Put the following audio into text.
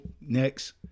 Next